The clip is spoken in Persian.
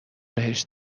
بهش